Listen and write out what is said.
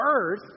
earth